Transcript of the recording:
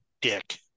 dick